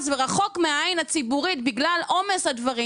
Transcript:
ורחוק מהעין הציבורית בגלל עומס הדברים.